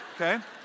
okay